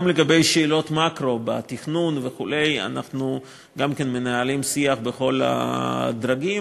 גם לגבי שאלות מקרו בתכנון וכו' אנחנו גם מנהלים שיח בכל הדרגים,